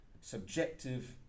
subjective